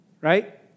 right